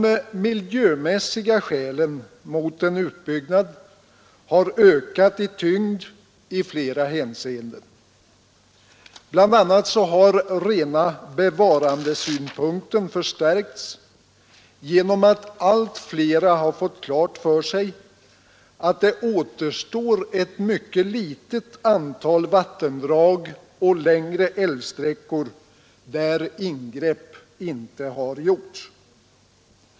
; De miljömässiga skälen mot en utbyggnad har ökat i tyngd i flera hänseenden. BI. a. har rena bevarandesynpunkten förstärkts genom att allt flera har fått klart för sig att det återstår ett mycket litet antal vattendrag och längre älvsträckor där ingrepp inte har gjorts.